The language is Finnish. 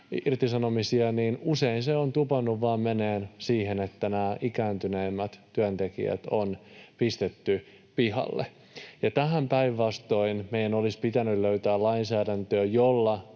niin usein se on tupannut vaan menemään siihen, että ikääntyneimmät työntekijät on pistetty pihalle. Tähän päinvastoin meidän olisi pitänyt löytää lainsäädäntöä, jolla